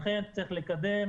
לכן צריך לקדם,